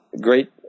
great